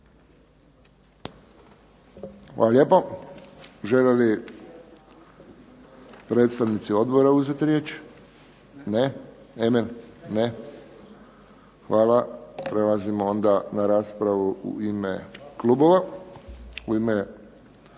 Hvala lijepo. Žele li predstavnici odbora uzeti riječ? Ne. Hvala, prelazimo onda na raspravu u ime klubova. U ime